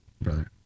brother